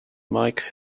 mike